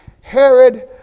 Herod